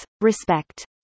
respect